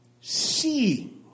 seeing